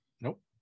Nope